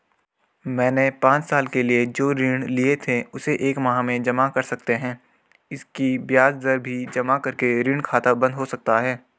मैंने पांच साल के लिए जो ऋण लिए थे उसे एक माह में जमा कर सकते हैं इसकी ब्याज दर भी जमा करके ऋण खाता बन्द हो सकता है?